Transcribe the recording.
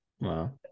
Wow